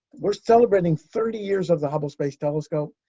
we're celebrating thirty years of the hubble space telescope.